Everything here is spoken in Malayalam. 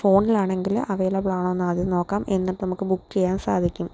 ഫോണിലാണെങ്കിൽ അവൈലബിളാണോ എന്നാദ്യം നോക്കാം എന്നിട്ട് നമുക്ക് ബുക്ക് ചെയ്യാൻ സാധിക്കും